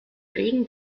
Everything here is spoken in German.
regen